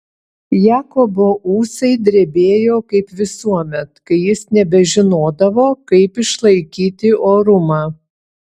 jakobo ūsai drebėjo kaip visuomet kai jis nebežinodavo kaip išlaikyti orumą